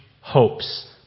hopes